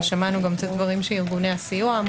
שמענו את דברי ארגוני הסיוע.